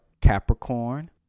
Capricorn